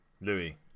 Louis